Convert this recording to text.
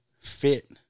fit